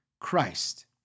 Christ